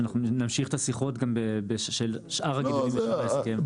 שנמשיך את השיחות גם של שאר הגידולים בהסכם --- לא,